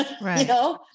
Right